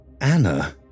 Anna